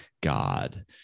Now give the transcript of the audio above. God